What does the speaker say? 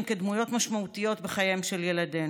כדמויות משמעותיות בחייהם של ילדינו.